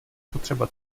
potřeba